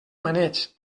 maneig